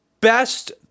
best